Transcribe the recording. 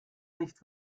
nicht